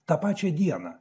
tą pačią dieną